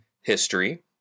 history